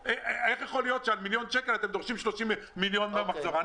איך יכול להיות שעל מיליון שקל אתה דורשים 30 מיליון מהמחזור?